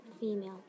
female